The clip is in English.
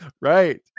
Right